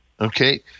Okay